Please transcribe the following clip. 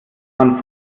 man